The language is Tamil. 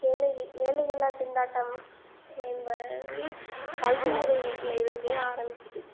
வேலை வேலை இல்லா திண்டாட்டம் ப என்பது கல்வி முறையில்லிருந்தே ஆரமிக்கிறது